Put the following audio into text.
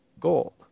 gold